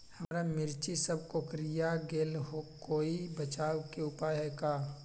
हमर मिर्ची सब कोकररिया गेल कोई बचाव के उपाय है का?